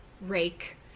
rake